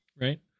right